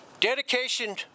Dedication